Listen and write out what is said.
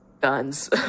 guns